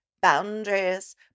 boundaries